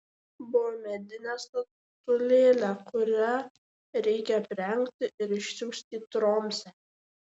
buvo medinė statulėlė kurią reikia aprengti ir išsiųsti į tromsę